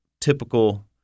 typical